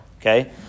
okay